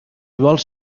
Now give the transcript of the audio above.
vols